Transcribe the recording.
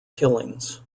killings